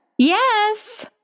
Yes